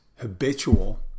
habitual